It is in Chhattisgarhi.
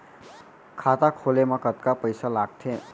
खाता खोले मा कतका पइसा लागथे?